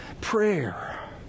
prayer